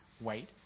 wait